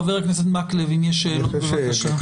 חבר הכנסת מקלב, אם יש שאלות, בבקשה.